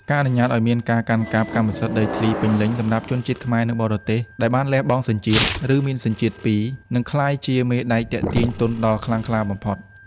ការអនុញ្ញាតឱ្យមានការកាន់កាប់ "កម្មសិទ្ធិដីធ្លីពេញលេញ" សម្រាប់ជនជាតិខ្មែរនៅបរទេស (ដែលបានលះបង់សញ្ជាតិ ឬមានសញ្ជាតិពីរ) នឹងក្លាយជាមេដែកទាក់ទាញទុនដ៏ខ្លាំងក្លាបំផុត។